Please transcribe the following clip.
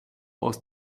aus